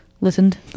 listened